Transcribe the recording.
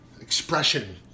expression